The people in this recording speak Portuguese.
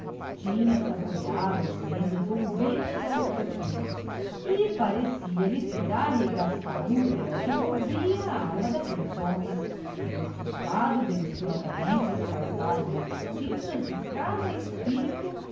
tinha saboreado as lendas ouvidas aos tropeiros e parecia-lhe ter arregaçado o véo que cobria a alma d'aquelles homens e desfructado deliciosamente as paizagens distinctas de cada espirito